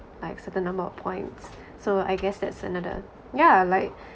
like certain number of points so I guess that's another yeah like